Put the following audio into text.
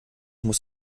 muss